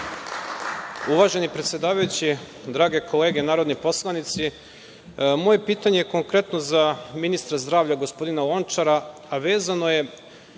Uvaženi predsedavajući, drage kolege narodni poslanici, moje pitanje je konkretno za ministra zdravlja gospodina Lončara, a vezano je